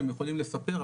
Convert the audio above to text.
הם יכולים לספר,